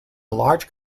large